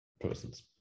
persons